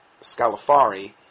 Scalafari